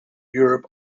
europe